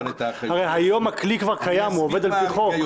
הרי היום הכלי כבר קיים, הוא עובד על-פי חוק.